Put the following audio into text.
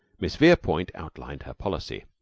miss verepoint outlined her policy.